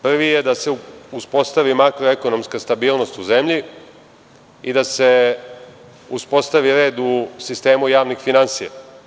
Prvi je da se uspostavi makroekonomska stabilnost u zemlji i da se uspostavi red u sistemu javnih finansija.